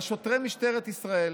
אבל שוטרי משטרת ישראל,